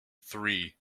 three